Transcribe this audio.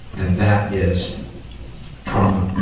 and that is trauma.